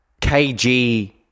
KG